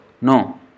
no